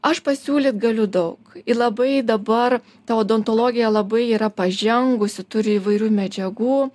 aš pasiūlyt galiu daug i labai dabar ta odontologija labai yra pažengusi turi įvairių medžiagų